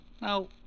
Now